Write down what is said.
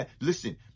Listen